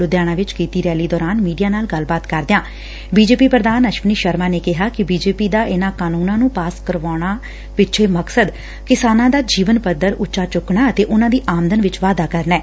ਲੁਧਿਆਣਾ ਚ ਕੀਤੀ ਰੈਲੀ ਦੌਰਾਨ ਮੀਡੀਆ ਨਾਲ ਗੱਲਬਾਤ ਕਰਦਿਆਂ ਬੀਜੇਪੀ ਪ੍ਰਧਾਨ ਅਸ਼ਵਨੀ ਸ਼ਰਮਾ ਨੇ ਕਿਹਾ ਕਿ ਬੀਜੇਪੀ ਦਾ ਇਨਾਂ ਕਾਹੁੰਨਾਂ ਨੂੰ ਪਾਸ ਕਰਾਉਣ ਪਿੱਛੇ ਮਕਸਦ ਕਿਸਾਨਾਂ ਦਾ ਜੀਵਨ ਪੱਧਰ ਉੱਚਾ ਚੁੱਕਣਾ ਅਤੇ ਉਨਾਂ ਦੀ ਆਮਦਨ ਵਿਚ ਵਾਧਾ ਕਰਨਾ ਐ